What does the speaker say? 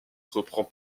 reprend